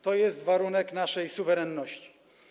To jest warunek naszej suwerenności.